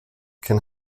can